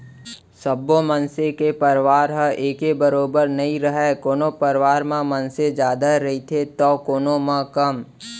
सब्बो मनसे के परवार ह एके बरोबर नइ रहय कोनो परवार म मनसे जादा रहिथे तौ कोनो म कम